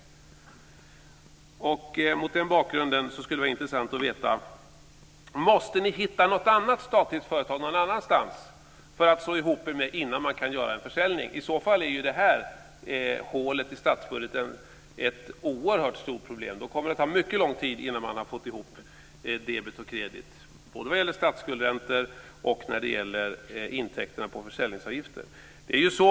Mot den bakgrunden skulle det vara intressant att veta om ni nu måste hitta någon annat statligt företag någon annanstans för att slå ihop er med innan man kan göra en försäljning. I så fall är detta hål i statsbudgeten ett oerhört stort problem. Då kommer det att ta mycket lång tid innan man har fått ihop debet och kredit både när det gäller statsskuldsräntor och när det gäller intäkterna på försäljningsavgifter. Fru talman!